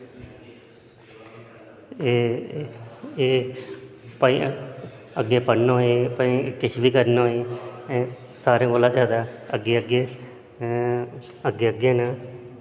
एह् एह् भाई अग्गें पढ़ना होऐ भाएं किश बी करना होऐ सारे कोला ज्यादा अग्गें अग्गें अग्गें अग्गें न